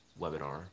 webinar